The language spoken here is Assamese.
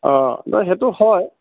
অঁ বাৰু সেইটো হয়